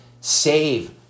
save